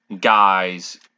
guys